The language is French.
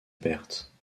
perte